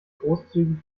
großzügig